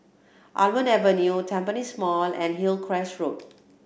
Almond Avenue Tampines Mall and Hillcrest Road